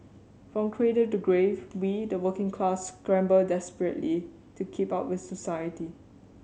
from cradle to grave we the working class scramble desperately to keep up with society